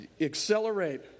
Accelerate